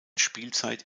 spielzeit